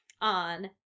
on